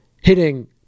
hitting